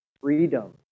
Freedom